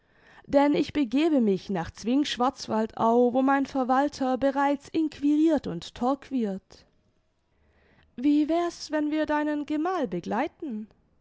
denn ich begebe mich nach zwing schwarzwaldau wo mein verwalter bereits inquirirt und torquirt wie wär's wenn wir deinen gemal begleiteten